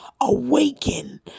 awaken